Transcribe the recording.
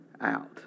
out